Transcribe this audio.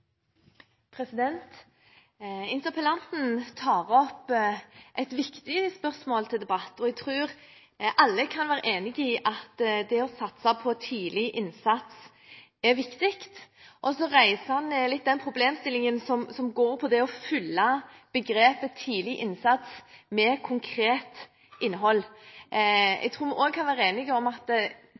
Interpellanten tar opp et viktig spørsmål til debatt, og jeg tror alle kan være enig i at det å satse på tidlig innsats er viktig. Så reiser han litt den problemstillingen som går på å fylle begrepet «tidlig innsats» med konkret innhold. Jeg tror også vi kan være enige om at